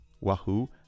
Wahoo